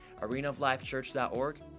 arenaoflifechurch.org